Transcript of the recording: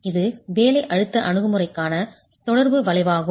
இது வேலை அழுத்த அணுகுமுறைக்கான தொடர்பு வளைவாகும்